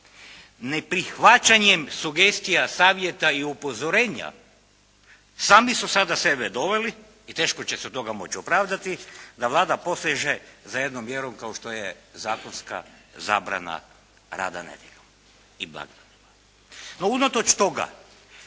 ne prihvaćanjem sugestija, savjeta i upozorenja, sami su sada sebe doveli i teško će se od toga moći opravdati da Vlada poseže za jednom vjerom kao što je zakonska zabrana rada nedjeljom. I blagdanima. No, unatoč toga,